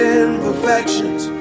imperfections